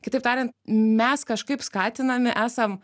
kitaip tariant mes kažkaip skatinami esam